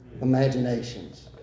Imaginations